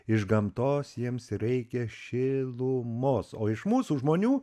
iš gamtos jiems reikia šilumos o iš mūsų žmonių